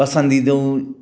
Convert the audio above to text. पसंदीदूं